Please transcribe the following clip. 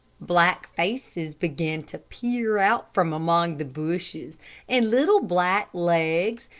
black faces began to peer out from among the bushes and little black legs,